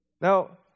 Now